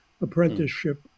apprenticeship